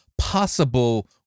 possible